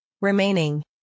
remaining